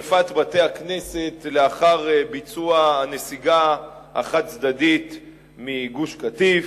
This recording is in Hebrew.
את שרפת בתי-הכנסת לאחר ביצוע הנסיגה החד-צדדית מגוש-קטיף,